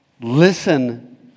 Listen